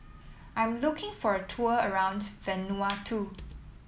I'm looking for a tour around Vanuatu